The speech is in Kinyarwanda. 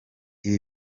ibi